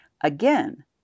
Again